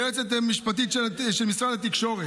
ליועצת המשפטית של משרד התקשורת,